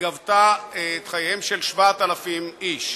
גבתה את חייהם של 7,000 איש.